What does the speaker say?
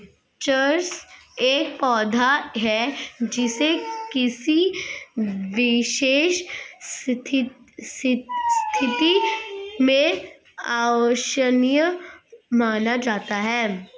चरस एक पौधा है जिसे किसी विशेष स्थिति में अवांछनीय माना जाता है